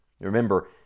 Remember